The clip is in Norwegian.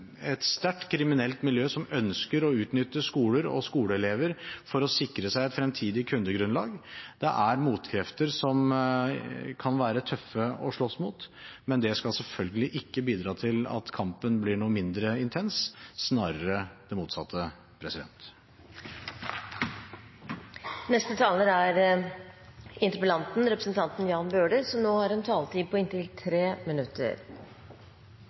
et sterkt, kriminelt miljø som ønsker å utnytte skoler og skoleelever for å sikre seg et fremtidig kundegrunnlag. Det er motkrefter som kan være tøffe å slåss mot, men det skal selvfølgelig ikke bidra til at kampen blir noe mindre intens, snarere det motsatte.